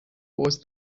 was